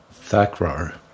Thakrar